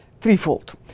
threefold